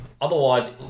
Otherwise